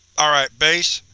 alright, base,